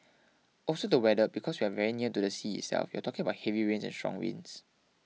also the weather because we are very near to the sea itself you're talking about heavy rains and strong winds